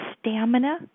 stamina